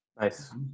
Nice